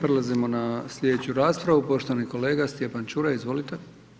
Prelazimo na slijedeću raspravu, poštovani kolega Stjepan Čuraj, izvolite.